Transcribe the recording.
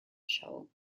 show